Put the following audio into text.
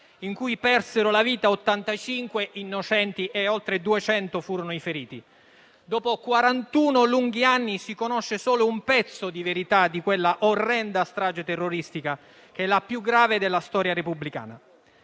in cui persero la vita 85 innocenti e oltre 200 furono i feriti. Dopo quarantuno lunghi anni si conosce solo un pezzo di verità di quella orrenda strage terroristica, che è la più grave della storia repubblicana.